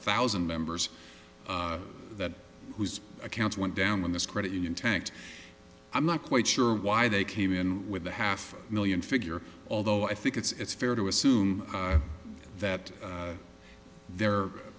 thousand members that whose accounts went down when this credit union tanked i'm not quite sure why they came in with a half million figure although i think it's fair to assume that their their